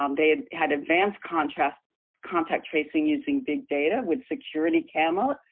um they had advanced contact contact tracing using big data with security cameras,